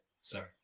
Sorry